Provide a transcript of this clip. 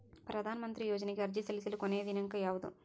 ಪ್ರಧಾನ ಮಂತ್ರಿ ಯೋಜನೆಗೆ ಅರ್ಜಿ ಸಲ್ಲಿಸಲು ಕೊನೆಯ ದಿನಾಂಕ ಯಾವದು?